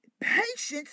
Patience